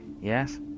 Yes